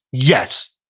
yes.